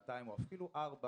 שעה או אפילו ארבע